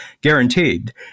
guaranteed